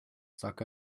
stuck